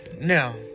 Now